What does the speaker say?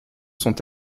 sont